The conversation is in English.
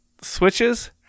switches